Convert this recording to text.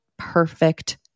perfect